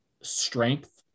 strength